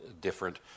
different